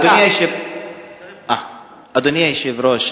אדוני היושב-ראש.